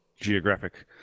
geographic